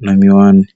na miwani.